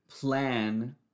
plan